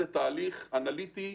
זה תהליך אנליטי,